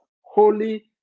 holy